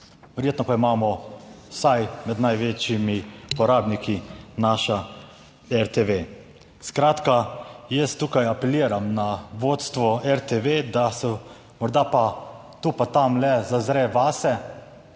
Verjetno pa imamo vsaj med največjimi porabniki naša RTV. Skratka, jaz tukaj apeliram na vodstvo RTV, da se morda pa tu pa tam le zazre vase